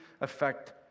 affect